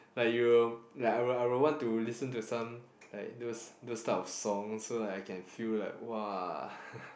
like you will like I will I will want to listen to some like those those type of songs so that I can feel like !wah!